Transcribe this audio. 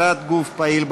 נגד יואל רזבוזוב,